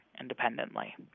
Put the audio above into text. independently